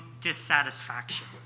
dissatisfaction